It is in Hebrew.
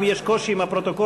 אם יש קושי עם הפרוטוקול,